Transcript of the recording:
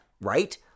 Right